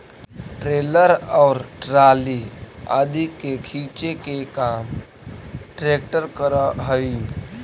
trailer और trolley आदि के खींचे के काम ट्रेक्टर करऽ हई